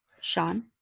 Sean